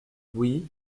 oui